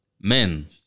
men